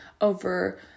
over